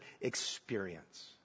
experience